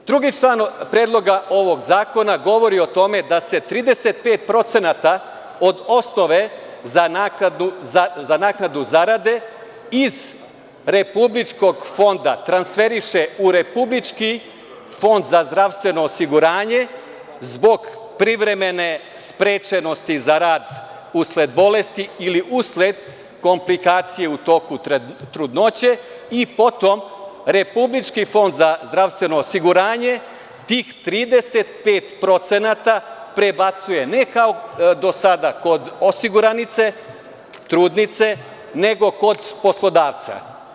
Drugi član Predloga ovog zakona govori o tome da se 35% od osnove za naknadu zarade iz Republičkog fonda transferiše u Republički fond za zadravstveno osiguranje zbog privremene sprečenosti za rad usled bolesti ili usled komplikacije u toku trudnoće i potom RFZO tih 35% prebacuje ne kao do sada kod osiguranice, trudnice, nego kod poslodavca.